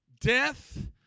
death